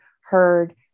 heard